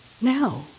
Now